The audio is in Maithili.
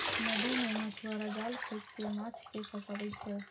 नदी मे मछुआरा जाल फेंक कें माछ कें फंसाबै छै